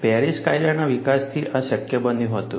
Paris કાયદાના વિકાસથી આ શક્ય બન્યું હતું